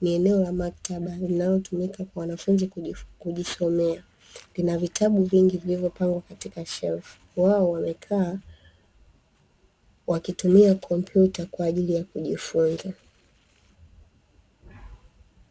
ni eneo la maktaba, linalotumika kwa wanafunzi kujisomea. Lina vitabu vingi vilivyopangwa katika shelfu. Wamekaa wakitumia kompyuta kwa ajili ya kujifunza.